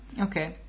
Okay